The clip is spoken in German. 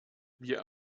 wir